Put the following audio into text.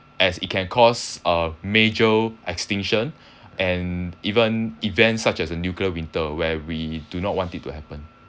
as it can cause uh major extinction and even events such as a nuclear winter where we do not want it to happen